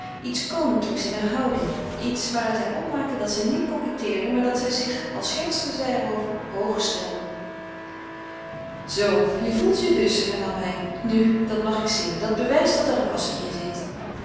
iets koninklijks in hare houding iets waaruit hij opmaakte dat zij niet coquetteerde maar dat zij zich al schertste zij er over hoog stelde zoo je voelt je dus hernam hij nu dat mag ik zien dat bewijst dat er ras in je zit